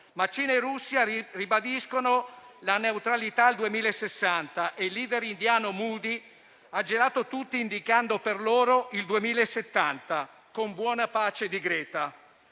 Cina e Russia ribadiscono la neutralità al 2060 e il *leader* indiano Modi ha gelato tutti indicando per il suo Paese il 2070, con buona pace di Greta.